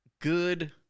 good